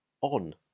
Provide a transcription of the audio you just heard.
on